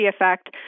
effect